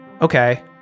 okay